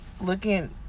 looking